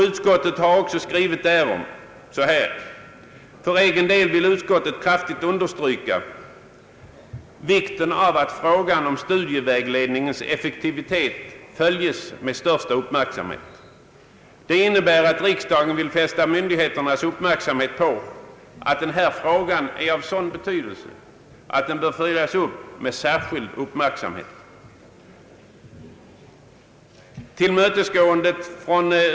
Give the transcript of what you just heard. Utskottet skriver därom: »För egen del vill utskottet kraftigt understryka vikten av att frågan om studievägledningens effektivitet följs med största uppmärksamhet.» Det innebär att riksdagen vill fästa myndigheternas uppmärksamhet på att den här frågan är av sådan betydelse att den bör följas upp med särskild uppmärksamhet.